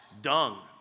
dung